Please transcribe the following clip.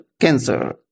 cancer